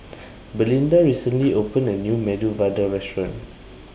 Belinda recently opened A New Medu Vada Restaurant